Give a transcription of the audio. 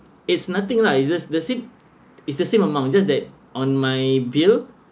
it's nothing lah it's just the same it's the same amount it's just that on my bill